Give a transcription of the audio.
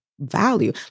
value